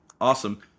Awesome